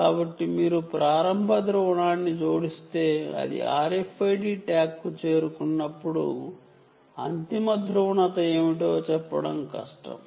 కాబట్టి మీరు ప్రారంభ ధ్రువణాన్ని జోడిస్తే అది RFID ట్యాగ్కు చేరుకున్నప్పుడు అంతిమ ధ్రువణత ఏమిటో చెప్పడం కష్టం